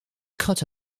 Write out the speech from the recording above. cut